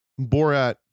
Borat